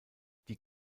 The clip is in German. die